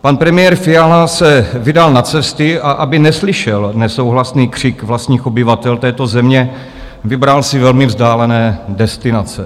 Pan premiér Fiala se vydal na cesty, a aby neslyšel nesouhlasný křik vlastních obyvatel této země, vybral si velmi vzdálené destinace.